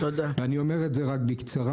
אני אומר בקצרה,